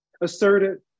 asserted